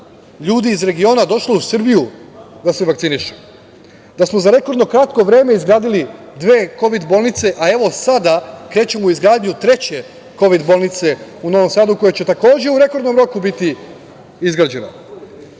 ljudi iz regiona došlo u Srbiju da se vakciniše, da smo za rekordno kratko vreme izgradili dve kovid bolnice, a evo sada krećemo u izgradnju treće kovid bolnice u Novom Sadu koja će takođe u rekordnom roku biti izgrađena,